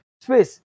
space